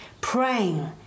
praying